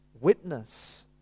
witness